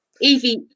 Evie